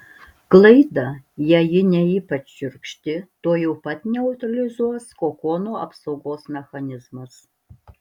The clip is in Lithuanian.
klaidą jeigu ji ne ypač šiurkšti tuojau pat neutralizuos kokono apsaugos mechanizmas